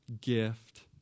gift